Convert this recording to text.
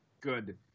Good